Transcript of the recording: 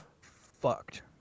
fucked